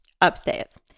upstairs